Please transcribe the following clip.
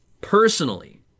personally